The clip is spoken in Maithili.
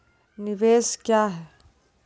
निवेश क्या है?